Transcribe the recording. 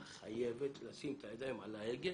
חייבת לשים את הידיים על ההגה